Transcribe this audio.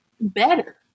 better